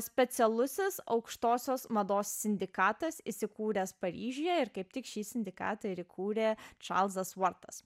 specialusis aukštosios mados sindikatas įsikūręs paryžiuje ir kaip tik šį sindikatą ir įkūrė čarlzas vortas